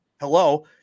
Hello